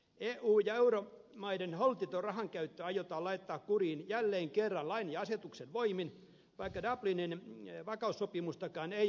eu ja euromaiden holtiton rahankäyttö aiotaan laittaa kuriin jälleen kerran lain ja asetusten voimin vaikka dublinin vakaussopimustakaan ei ole noudatettu